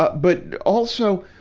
but but, also,